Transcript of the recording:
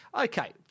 Okay